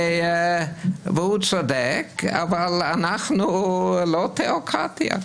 אבל אנחנו לא תיאוקרטיה כאן.